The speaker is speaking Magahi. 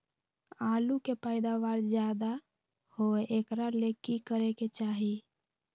आलु के पैदावार ज्यादा होय एकरा ले की करे के चाही?